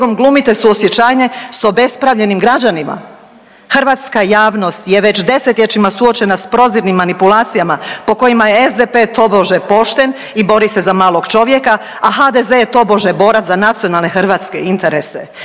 glumite suosjećanje s obespravljenim građanima. Hrvatska javnost je već desetljećima suočena s prozirnim manipulacijama po kojima je SDP tobože pošten i bori se za malog čovjeka, a HDZ je tobože borac za nacionalne hrvatske interese.